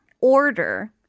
order